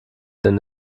denn